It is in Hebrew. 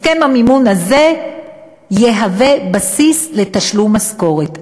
הסכם המימון הזה יהיה בסיס לתשלום משכורת.